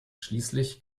schließlich